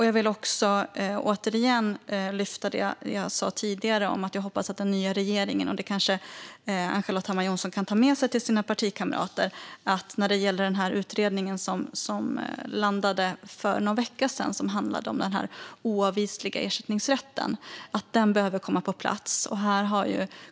Jag vill också återigen lyfta fram det jag sa tidigare och som jag hoppas att Ann-Charlotte Hammar Johnsson kan ta med sig till sina partikamrater i den nya regeringen, nämligen att den utredning som landade här för någon vecka sedan som handlade om den oavvisliga ersättningsrätten behöver komma på plats.